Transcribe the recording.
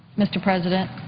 mr. president?